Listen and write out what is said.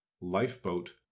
Lifeboat